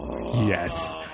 Yes